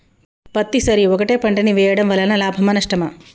పత్తి సరి ఒకటే పంట ని వేయడం వలన లాభమా నష్టమా?